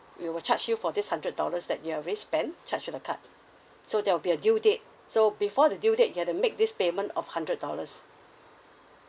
we will charge you for this hundred dollars that you've already spent charged to the card so there'll be a due date so before the due date you have to make this payment of hundred dollars